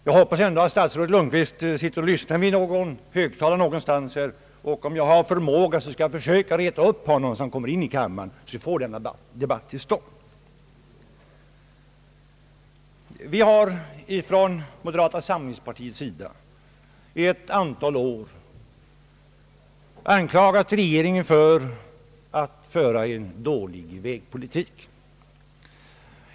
Jag hoppas ändå att statsrådet Lundkvist lyssnar vid någon högtalare, och om jag har förmåga skall jag försöka reta upp honom så att han kommer in i kammaren och vi får en debatt till stånd. Vi har från moderata samlingspartiets sida under ett antal år anklagat regeringen för att föra en dålig vägpolitik.